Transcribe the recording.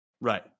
Right